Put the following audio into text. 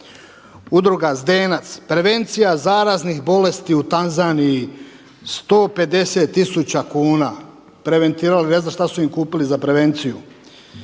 Udruga Zdenac „Prevencija zaraznih bolesti u Tanzaniji“ 150 tisuća kuna, prevenirali ne znam šta su im kupili za prevenciju.